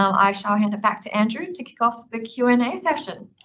i shall hand it back to andrew to kick off the q and a section.